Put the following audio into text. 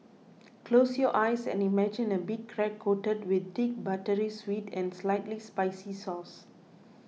close your eyes and imagine a big crab coated with thick buttery sweet and slightly spicy sauce